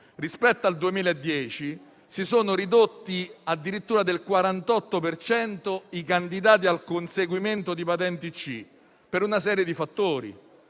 Rispetto al 2010 si sono ridotti addirittura del 48 per cento i candidati al conseguimento di patente C, per una serie di fattori